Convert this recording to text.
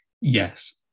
yes